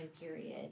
period